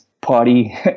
party